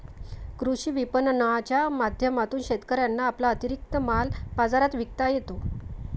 कृषी विपणनाच्या माध्यमातून शेतकऱ्यांना आपला अतिरिक्त माल बाजारात विकता येतो